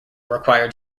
required